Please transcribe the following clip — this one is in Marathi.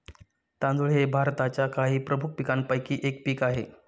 तांदूळ हे भारताच्या काही प्रमुख पीकांपैकी एक पीक आहे